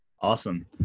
Awesome